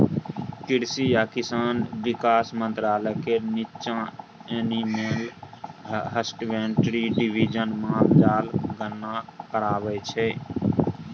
कृषि आ किसान बिकास मंत्रालय केर नीच्चाँ एनिमल हसबेंड्री डिबीजन माल जालक गणना कराबै छै